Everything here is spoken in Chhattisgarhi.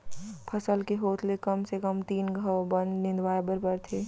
फसल के होत ले कम से कम तीन घंव बन निंदवाए बर परथे